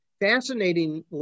fascinatingly